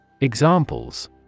Examples